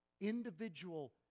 individual